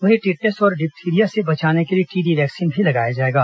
वहीं टिटनेस और डिथ्थिरिया से बचाने टीडी वैक्सीन भी लगाया जाएगा